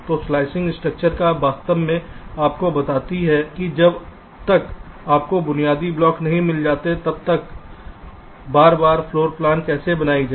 तो slicing structure वास्तव में आपको बताती है कि जब तक आपको बुनियादी ब्लॉक नहीं मिलते तब तक बार बार फ्लोर प्लान कैसे बनाई जाए